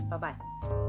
Bye-bye